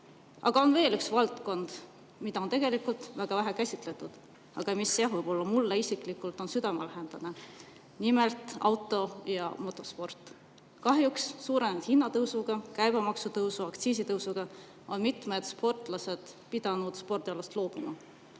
on veel üks valdkond, mida on tegelikult väga vähe käsitletud, aga mis, jah, mulle isiklikult on südamelähedane, nimelt auto‑ ja motosport. Kahjuks suure hinnatõusu, käibemaksutõusu, aktsiisitõusu tõttu on mitmed sportlased pidanud oma spordialast loobuma.